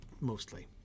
mostly